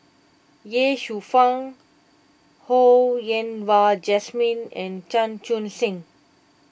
Ye Shufang Ho Yen Wah Jesmine and Chan Chun Sing